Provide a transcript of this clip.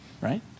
right